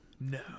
No